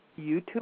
YouTube